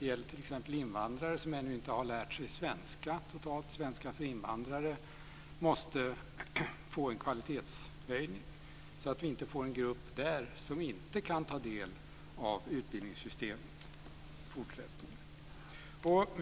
Det gäller t.ex. invandrare som ännu inte har lärt sig svenska. Svenska för invandrare måste få en kvalitetshöjning, så att vi inte får en grupp som inte kan ta del av utbildningssystemet i fortsättningen.